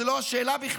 זו לא השאלה בכלל,